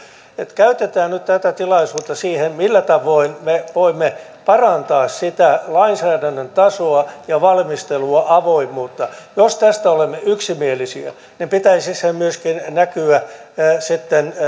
että käytetään nyt tätä tilaisuutta siihen millä tavoin me voimme parantaa sitä lainsäädännön tasoa ja valmistelun avoimuutta jos tästä olemme yksimielisiä niin pitäisi sen myöskin näkyä sitten